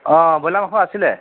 অ broiler মাংস আছিলে